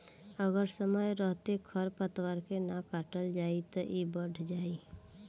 अगर समय रहते खर पातवार के ना काटल जाइ त इ बढ़ जाइ